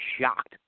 shocked